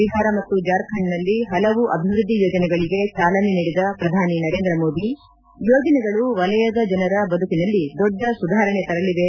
ಬಿಹಾರ ಮತ್ತು ಜಾರ್ಖಂಡ್ ನಲ್ಲಿ ಹಲವು ಅಭಿವ್ಯದ್ದಿ ಯೋಜನೆಗಳಗೆ ಚಾಲನೆ ನೀಡಿದ ಪ್ರಧಾನಿ ನರೇಂದ್ರ ಮೋದಿ ಯೋಜನೆಗಳು ವಲಯದ ಜನರ ಬದುಕಿನಲ್ಲಿ ದೊಡ್ಡ ಸುಧಾರಣೆ ತರಲಿವೆ ಎಂದು ಹೇಳಕೆ